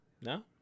No